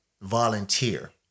volunteer